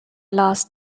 last